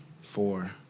four